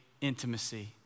intimacy